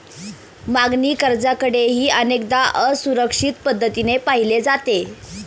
मागणी कर्जाकडेही अनेकदा असुरक्षित पद्धतीने पाहिले जाते